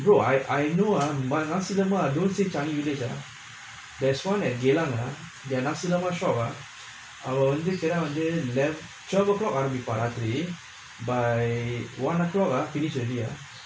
brother I I know ah nasi lemak roadside changi village ah there's one at geylang their nasi lemak shop ah அவ வந்து:ava vanthu kira வந்து:vanthu twelve O clock ஆரம்பிப்பாங்க ராத்திரி:aarambippaangga raathiri by one O clock ah finished already